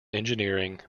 engineering